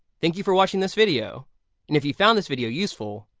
thank you for watching this video and if you found this video useful,